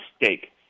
mistake